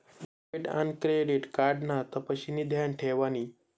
debit आन credit card ना तपशिनी ध्यान ठेवानी